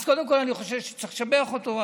אז קודם כול, אני חושב שצריך לשבח אותו.